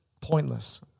pointless